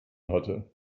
hatte